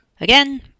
Again